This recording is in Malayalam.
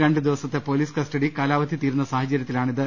രണ്ട് ദിവസത്തെ പൊലീസ് കസ്റ്റഡി കാലാവധി തീരുന്ന സാഹചരൃത്തിലാണിത്